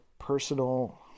personal